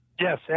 Yes